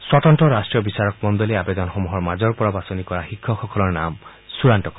স্বতন্ত্ৰ ৰাষ্ট্ৰীয় বিচাৰক মণ্ডলীয়ে আৱেদনসমূহৰ মাজৰ পৰা বাছনি কৰা শিক্ষকসকলৰ নাম চূড়ান্ত কৰিব